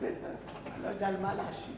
אני לא יודע על מה להשיב.